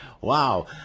Wow